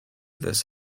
this